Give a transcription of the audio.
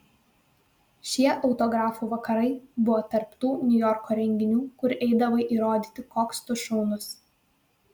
šie autografų vakarai buvo tarp tų niujorko renginių kur eidavai įrodyti koks tu šaunus